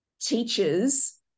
teachers